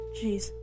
jeez